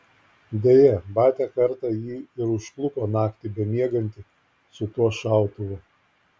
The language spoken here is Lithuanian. deja batia kartą jį ir užklupo naktį bemiegantį su tuo šautuvu